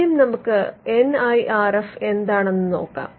ആദ്യം നമുക്ക് N I R F എന്താണെന്ന് നോക്കാം